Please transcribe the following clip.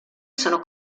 sono